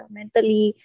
mentally